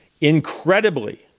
Incredibly